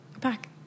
back